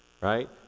right